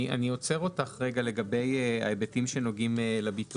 יעוגנו כל ההוראות שנדרשות ליישום ההסדר?